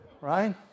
Right